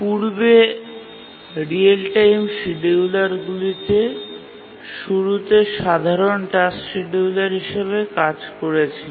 পূর্বে real time শিডিয়ুলারগুলিতে শুরুতে সাধারণ টাস্ক শিডিয়ুলার হিসাবে কাজ করেছিল